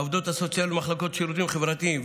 לעובדות הסוציאליות במחלקות לשירותים חברתיים,